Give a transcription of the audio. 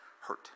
hurt